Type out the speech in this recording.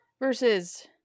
versus